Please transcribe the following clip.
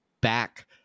back